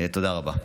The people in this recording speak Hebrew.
תודה רבה.